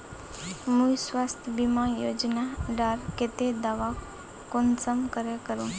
मुई स्वास्थ्य बीमा योजना डार केते दावा कुंसम करे करूम?